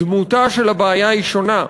דמותה של הבעיה היא שונה.